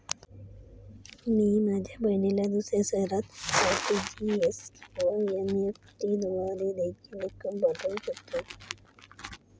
मी माझ्या बहिणीला दुसऱ्या शहरात आर.टी.जी.एस किंवा एन.इ.एफ.टी द्वारे देखील रक्कम पाठवू शकतो का?